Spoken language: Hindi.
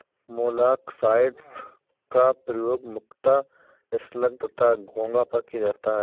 मोलॉक्साइड्स का प्रयोग मुख्यतः स्लग तथा घोंघा पर किया जाता है